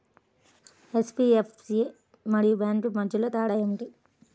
NBFC మరియు bank మధ్య తేడా ఏమిటి?